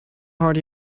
heart